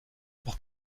pour